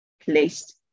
placed